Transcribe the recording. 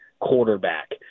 quarterback